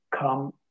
come